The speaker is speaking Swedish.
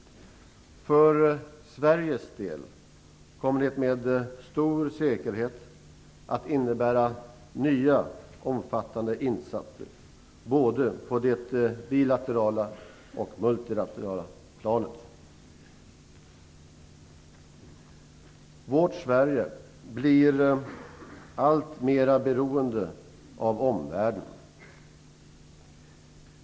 För Sveriges del kommer det med stor säkerhet att innebära nya omfattande insatser både på det bilaterala och på det multilaterala planet. Vårt Sverige blir alltmera beroende av omvärlden.